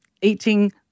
eating